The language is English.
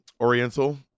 Oriental